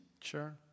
Sure